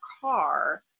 car